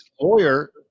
lawyer